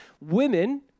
Women